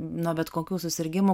nuo bet kokių susirgimų